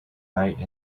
night